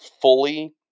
fully